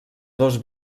dos